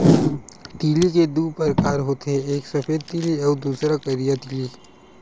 तिली के दू परकार होथे एक सफेद तिली अउ दूसर करिया तिली